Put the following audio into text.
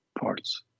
parts